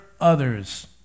others